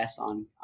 on